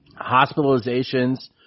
Hospitalizations